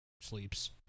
sleeps